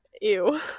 Ew